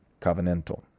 covenantal